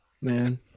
Man